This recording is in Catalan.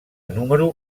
número